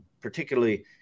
particularly